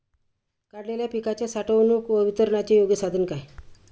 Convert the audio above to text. काढलेल्या पिकाच्या साठवणूक व वितरणाचे योग्य साधन काय?